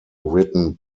written